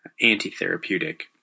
anti-therapeutic